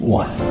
one